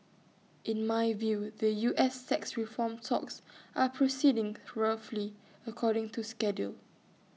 in my view the U S tax reform talks are proceeding roughly according to schedule